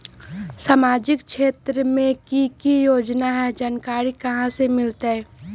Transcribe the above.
सामाजिक क्षेत्र मे कि की योजना है जानकारी कहाँ से मिलतै?